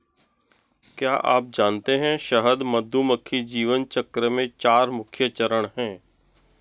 क्या आप जानते है शहद मधुमक्खी जीवन चक्र में चार मुख्य चरण है?